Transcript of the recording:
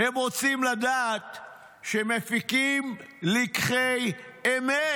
הם רוצים לדעת שמפיקים לקחי אמת.